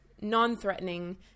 non-threatening